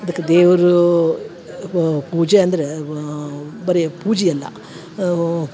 ಅದಕ್ಕೆ ದೇವರು ವ ಪೂಜೆ ಅಂದರೆ ವ ಬರೇ ಪೂಜೆ ಅಲ್ಲ ವೂ